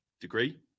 degree